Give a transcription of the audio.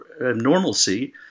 normalcy